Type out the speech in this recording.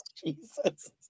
Jesus